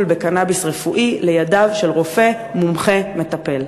בקנאביס רפואי לידיו של רופא מומחה מטפל?